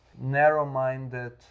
narrow-minded